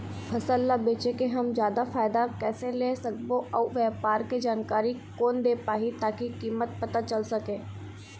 फसल ला बेचे के हम जादा फायदा कैसे ले सकबो अउ व्यापार के जानकारी कोन दे पाही ताकि कीमत पता चल सके?